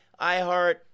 iHeart